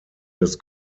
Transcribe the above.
des